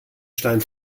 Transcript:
stein